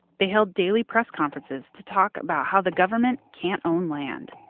they held daily press conferences to talk about how the government can't own land,